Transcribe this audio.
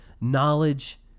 knowledge